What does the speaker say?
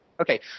okay